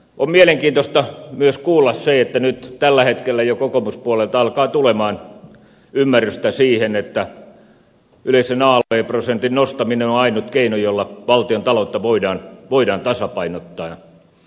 on mielenkiintoista myös kuulla se että nyt tällä hetkellä jo kokoomuspuolelta alkaa tulla ymmärrystä siihen että yleisen alv prosentin nostaminen on ainut keino jolla valtion taloutta voidaan tasapainottaa